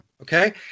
Okay